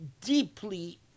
Deeply